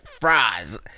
fries